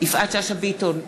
יפעת שאשא ביטון,